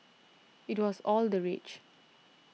it was all the rage